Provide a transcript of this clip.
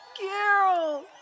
Carol